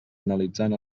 analitzant